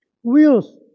Wheels